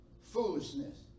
Foolishness